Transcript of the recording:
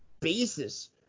basis